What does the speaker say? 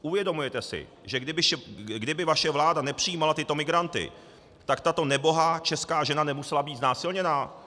Uvědomujete si, že kdyby vaše vláda nepřijímala tyto migranty, tak tato nebohá česká žena nemusela být znásilněna?